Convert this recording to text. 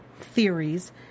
theories